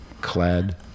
clad